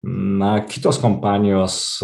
na kitos kompanijos